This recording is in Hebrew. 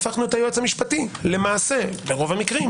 הפכנו את היועץ המשפטי ברוב המקרים